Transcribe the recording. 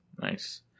Nice